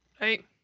Right